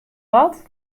wat